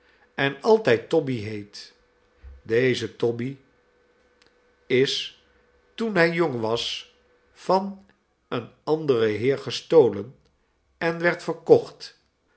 en altijd toby heet deze toby is toen hij jong was van een anderen heer gestolen en werd verkocht